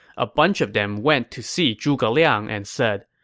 a bunch of them went to see zhuge liang and said,